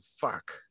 fuck